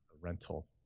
rental